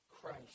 Christ